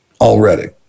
already